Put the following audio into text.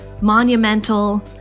monumental